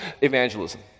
evangelism